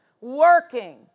working